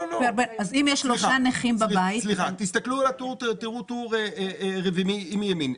סליחה, תיראו טור רביעי מימין.